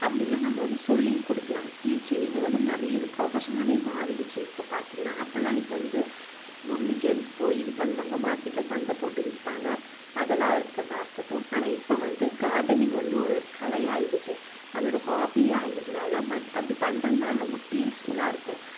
அப்படிலா நம்ம வந்து சொல்லியும் கொடுக்கலாம் டீச்சிங் இது வந்து நிறைய இது ப்ரொஃபஷ்னாகவே மாறிடுத்து இப்போ பார்த்திங்கன்னா அப்போலாம் இது வந்து ஒன்லி ஜென்ஸ் போய் இது பண்ணுவாங்க மார்க்கெட்டில் சந்தை போட்டு விற்பாங்க அதெல்லாம் இருக்கறதா இருக்கட்டும் ஆனால் இப்போ வந்து கார்டனிங் வந்து ஒரு ஒரு கலையாக ஆயிடுத்து அது ஒரு ஹாபியாக ஆகிறதுனால் மத் அது பண்றதுனால் ரொம்ப ஃபீஸ்ஃபுல்லாக இருக்கும்